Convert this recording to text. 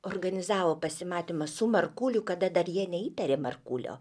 organizavo pasimatymą su markuliu kada dar jie neįtarė markulio